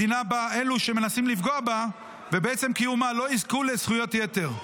מדינה שבה אלו שמנסים לפגוע בה ובעצם קיומה לא יזכו לזכויות יתר,